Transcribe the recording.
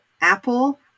apple